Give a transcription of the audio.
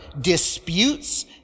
disputes